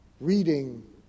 reading